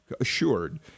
assured